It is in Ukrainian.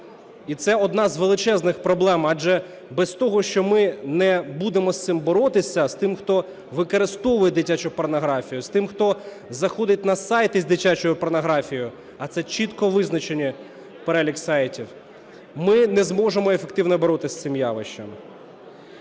І це одна з величезних проблем, адже без того, що ми не будемо з цим боротися, з тим, хто використовує дитячу порнографію, з тим, хто заходить на сайти з дитячою порнографією, а це чітко визначений перелік сайтів, ми не зможемо ефективно боротися з цим явищем.